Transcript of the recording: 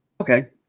Okay